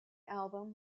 album